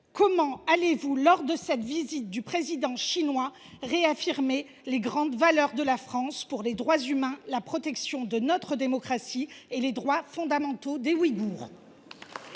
va t il, lors de cette visite du président chinois, réaffirmer les grandes valeurs de la France et son engagement envers les droits humains, la protection de notre démocratie et les droits fondamentaux des Ouïghours ?